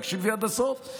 תקשיבי עד הסוף.